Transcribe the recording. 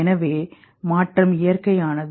எனவே மாற்றம் இயற்கையானது